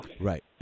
Right